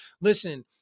listen